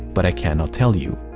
but i cannot tell you.